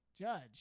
Judge